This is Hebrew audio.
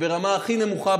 וברמה הכי נמוכה,